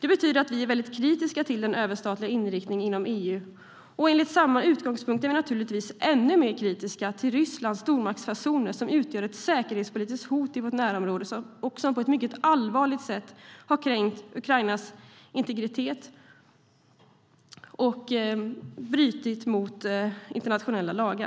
Det betyder att vi är väldigt kritiska till den överstatliga inriktningen inom EU. Enligt samma utgångspunkt är vi naturligtvis ännu mer kritiska till Rysslands stormaktsfasoner, som utgör ett säkerhetspolitiskt hot i vårt närområde och på ett mycket allvarligt sätt har kränkt Ukrainas integritet och inneburit ett brott mot internationella lagar.